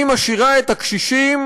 היא משאירה את הקשישים